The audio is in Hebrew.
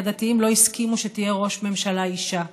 כי הדתיים לא הסכימו שתהיה ראש ממשלה אישה,